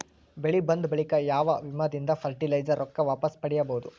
ಬೆಳಿ ಬಂದ ಬಳಿಕ ಯಾವ ವಿಮಾ ದಿಂದ ಫರಟಿಲೈಜರ ರೊಕ್ಕ ವಾಪಸ್ ಪಡಿಬಹುದು?